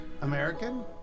American